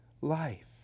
life